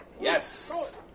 yes